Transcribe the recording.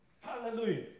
Hallelujah